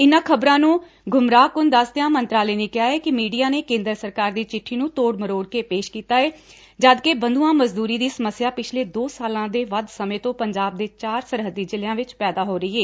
ਇਨਾਂ ਖ਼ਬਰਾਂ ਨੂੰ ਗੁੰਮਰਾਹਕੁੰਨ ਦਸਦਿਆਂ ਮੰਤਰਾਲੇ ਨੇ ਕਿਹਾ ਕਿ ਮੀਡੀਆ ਨੇ ਕੇਂਦਰ ਸਰਕਾਰ ਦੀ ਚਿੱਠੀ ਨੂੰ ਤੋੜ ਮਰੋੜ ਕੇ ਪੇਸ਼ ਕੀਤਾ ਏ ਜਦਕਿ ਬੰਧੁਆਂ ਮਜ਼ਦੂਰੀ ਦੀ ਸਮੱਸਿਆ ਪਿਛਲੇ ਦੋ ਸਾਲਾਂ ਦੇ ਵੱਧ ਸਮੇਂ ਤੋਂ ਪੰਜਾਬ ਦੇ ਚਾਰ ਸਰਹੱਦੀ ਜ਼ਿਲ੍ਨਿਆਂ ਵਿਚ ਪੈਦਾ ਹੋ ਰਹੀ ਏ